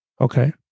Okay